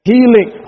Healing